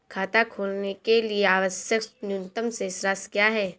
खाता खोलने के लिए आवश्यक न्यूनतम शेष राशि क्या है?